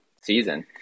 season